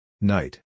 Night